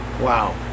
Wow